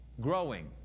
Growing